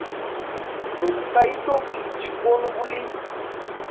প্রত্যায়িত বীজ কোনগুলি?